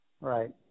Right